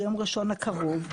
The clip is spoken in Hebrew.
ביום ראשון הקרוב,